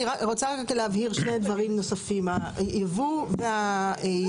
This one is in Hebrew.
אני רוצה רק להבהיר שני דברים נוספים: הייבוא והייצור